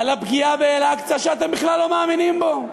על הפגיעה באל-אקצא, שאתם בכלל לא מאמינים בו.